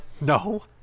No